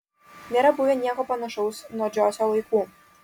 nėra buvę nieko panašaus nuo džoiso laikų